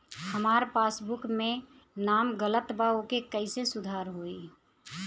हमार पासबुक मे नाम गलत बा ओके कैसे सुधार होई?